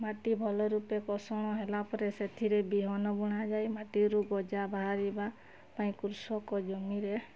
ମାଟି ଭଲ ରୂପେ କର୍ଷଣ ହେଲାପରେ ସେଥିରେ ବିହନ ବୁଣାଯାଇ ମାଟିରୁ ଗଜା ବାହାରିବା ପାଇଁ କୃଷକ ଜମିରେ